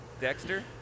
Dexter